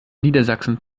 niedersachsen